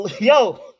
Yo